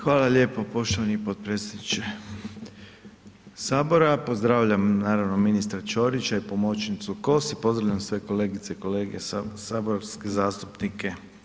Hvala lijepo poštovani potpredsjedniče sabora, pozdravljam naravno ministra Ćorića i pomoćnicu Kos i pozdravljam sve kolegice i kolege saborske zastupnike.